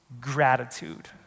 gratitude